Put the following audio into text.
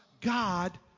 God